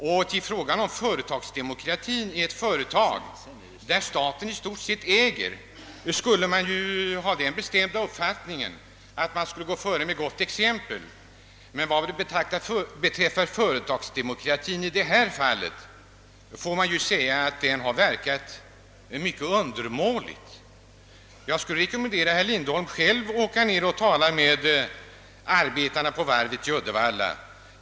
Beträffande företagsdemokratin i ett företag som staten i stort sett äger kunde man ju ha den bestämda uppfattningen att staten skulle gå före med gott exempel. Men i detta fall får man säga att företagsdemokratin har verkat mycket undermålig. Jag skulle vilja rekommendera herr Lindholm att själv åka ner och tala med arbetarna på varvet i Uddevalla.